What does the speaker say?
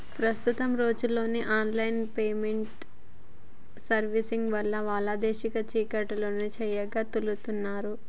ప్రస్తుత రోజుల్లో online payment సర్వీసుల వల్ల లావాదేవీలు చిటికెలో చెయ్యగలుతున్నరు